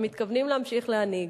הם מתכוונים להמשיך להנהיג.